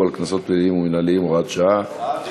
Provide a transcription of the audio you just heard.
על קנסות פליליים ומינהליים (הוראת שעה),